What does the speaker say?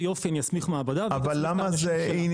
יופי אני אסמיך מעבדה והיא תסמיך את האנשים